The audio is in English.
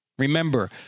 Remember